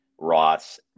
Ross –